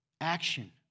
Action